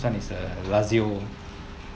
this one is a lazio